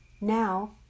Now